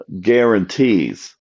guarantees